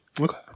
Okay